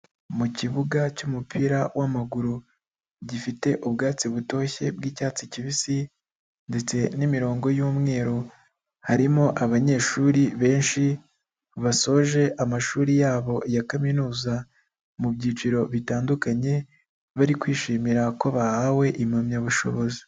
Mu kibuga cy'umupira w'amaguru, gifite ubwatsi butoshye bw'icyatsi kibisi ndetse n'imirongo y'umweru, harimo abanyeshuri benshi basoje amashuri yabo ya kaminuza, mu byiciro bitandukanye bari kwishimira ko bahawe impamyabushobozi.